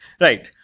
Right